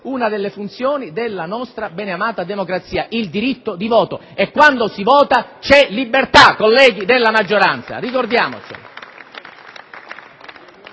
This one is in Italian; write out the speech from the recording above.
una delle funzioni della nostra beneamata democrazia, ovvero il diritto di voto, e quando si vota c'è libertà, colleghi della maggioranza: ricordiamolo.